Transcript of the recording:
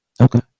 Okay